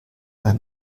weil